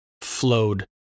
flowed